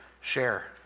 share